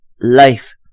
life